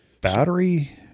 battery